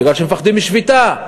בגלל שמפחדים משביתה.